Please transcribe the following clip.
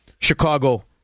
Chicago